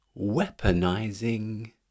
weaponizing